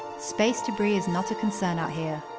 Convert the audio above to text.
space debris is not a concern out here,